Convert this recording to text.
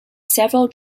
several